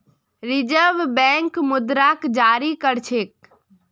reserve bank मुद्राक जारी कर छेक